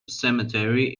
cemetery